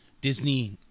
Disney